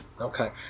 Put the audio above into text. Okay